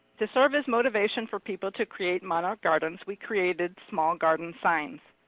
to serve as motivation for people to create monarch gardens, we created small garden signs.